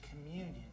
communion